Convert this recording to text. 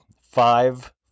Five